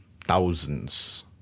thousands